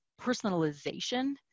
personalization